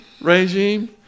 regime